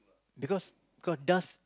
because cause dust